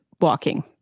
walking